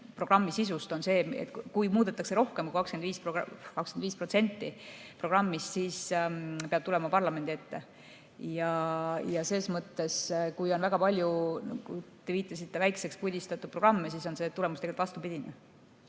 Nagu ma ütlesin, kui muudetakse rohkem kui 25% programmist, siis peab tulema parlamendi ette. Selles mõttes, kui on väga palju, nagu te viitasite, väikseks pudistatud programme, siis on tulemus tegelikult vastupidine.